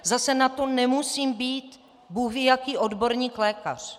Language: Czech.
Zase, na to nemusím být bůhvíjaký odborník lékař.